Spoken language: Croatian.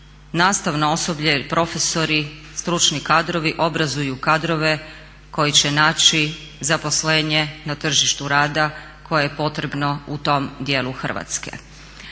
nastavno osoblje ili profesori, stručni kadrovi obrazuju kadrove koji će naći zaposlenje na tržištu rada koje je potrebno u tom dijelu Hrvatske.